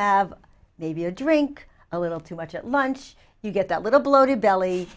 have maybe a drink a little too much at lunch you get that little bloated belly